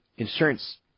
Insurance